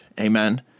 Amen